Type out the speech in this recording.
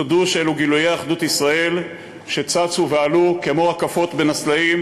תודו שאלה גילויי אחדות ישראל שצצו ועלו כמו רקפות בין הסלעים,